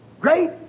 great